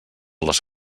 les